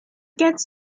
gets